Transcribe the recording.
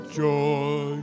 joy